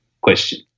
question